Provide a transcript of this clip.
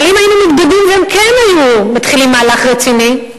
אבל אם היינו מתבדים והם כן היו מתחילים מהלך רציני,